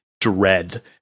dread